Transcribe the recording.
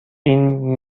این